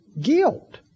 Guilt